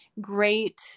great